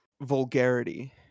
vulgarity